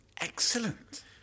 Excellent